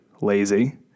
lazy